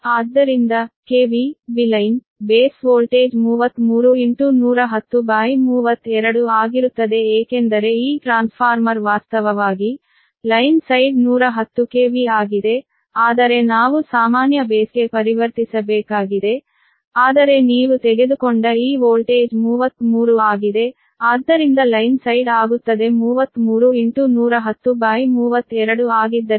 ಆದ್ದರಿಂದ KV B line base voltage 33 ಆಗಿರುತ್ತದೆ ಏಕೆಂದರೆ ಈ ಟ್ರಾನ್ಸ್ಫಾರ್ಮರ್ ವಾಸ್ತವವಾಗಿ ಲೈನ್ ಸೈಡ್ 110 ಕೆವಿ ಆಗಿದೆ ಆದರೆ ನಾವು ಸಾಮಾನ್ಯ ಬೇಸ್ಗೆ ಪರಿವರ್ತಿಸಬೇಕಾಗಿದೆ ಆದರೆ ನೀವು ತೆಗೆದುಕೊಂಡ ಈ ವೋಲ್ಟೇಜ್ 33 ಆಗಿದೆ ಆದ್ದರಿಂದ ಲೈನ್ ಸೈಡ್ ಆಗುತ್ತದೆ 33 ಆಗಿದ್ದರೆ ಅದು 113